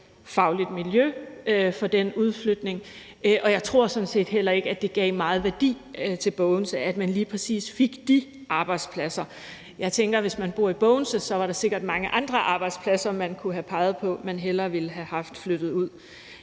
fagligt miljø for den udflytning, og jeg tror sådan set heller ikke, at det gav meget værdi til Bogense, at man lige præcis fik de arbejdspladser. Jeg tænker, at hvis man bor i Bogense, var der sikkert mange andre arbejdspladser, man kunne have peget på man hellere ville have haft flyttet ud.